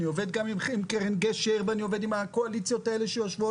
אני עובד עם קרן גשר ואני עובד עם הקואליציות שיושבות